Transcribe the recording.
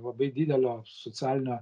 labai didelio socialinio